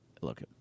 Look